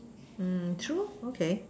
true okay